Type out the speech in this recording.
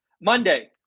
Monday